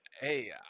Hey